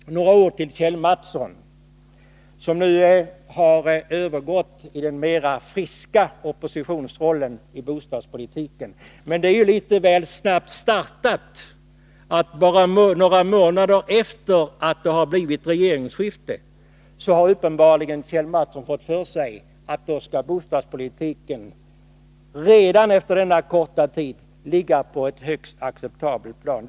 Så några ord till Kjell Mattsson, som nu har övergått till den mera friska oppositionsrollen i bostadspolitiken. Men det är litet väl snabbt startat. Bara några månader efter regeringsskiftet har Kjell Mattsson uppenbarligen fått för sig att bostadspolitiken redan efter denna korta tid skall ligga på ett högst acceptabelt plan.